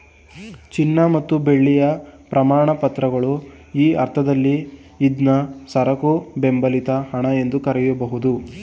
ಚಿನ್ನ ಮತ್ತು ಬೆಳ್ಳಿಯ ಪ್ರಮಾಣಪತ್ರಗಳು ಈ ಅರ್ಥದಲ್ಲಿ ಇದ್ನಾ ಸರಕು ಬೆಂಬಲಿತ ಹಣ ಎಂದು ಕರೆಯಬಹುದು